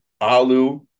Alu